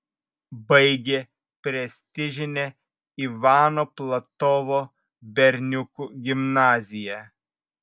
baigė prestižinę ivano platovo berniukų gimnaziją